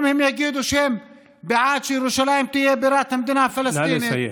אם הם יגידו שהם בעד שירושלים תהיה בירת המדינה הפלסטינית,